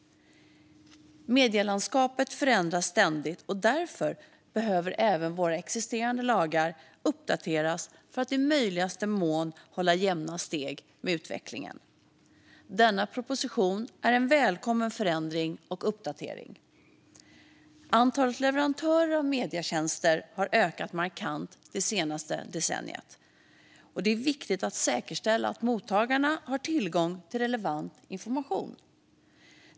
Medielandskapet förändras ständigt. Därför behöver även våra existerande lagar uppdateras för att i möjligaste mån hålla jämna steg med utvecklingen. Denna proposition är en välkommen förändring och uppdatering. Antalet leverantörer av medietjänster har ökat markant det senaste decenniet, och det är viktigt att säkerställa att mottagarna har tillgång till relevant information.